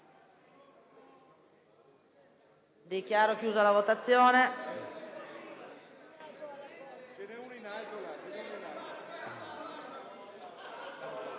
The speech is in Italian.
Dichiaro aperta la votazione.